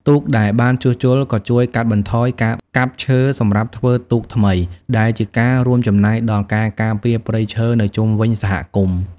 ទូកដែលបានជួសជុលក៏ជួយកាត់បន្ថយការកាប់ឈើសម្រាប់ធ្វើទូកថ្មី ដែលជាការរួមចំណែកដល់ការការពារព្រៃឈើនៅជុំវិញសហគមន៍។